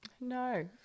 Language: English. No